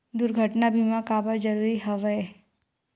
दुर्घटना बीमा काबर जरूरी हवय?